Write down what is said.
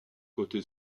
côté